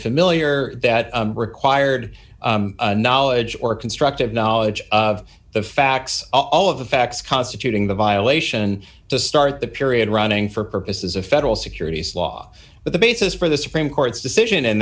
familiar that required knowledge or constructive knowledge of the facts all of the facts constituting the violation to start the period running for purposes of federal securities law but the basis for the supreme court's decision in